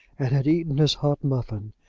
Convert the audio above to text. and had eaten his hot muffin,